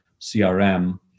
CRM